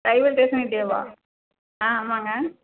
railway ஸ்டேஷன்கிட்டையேவா ஆ ஆமாங்க